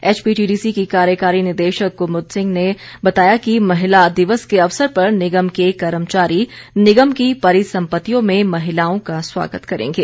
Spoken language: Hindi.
एचपीटीडीसी की कार्यकारी निदेशक कुमुद सिंह ने बताया कि महिला दिवस के अवसर पर निगम के कर्मचारी निगम की परिसंपत्तियों में महिलाओं का स्वागत करेंगे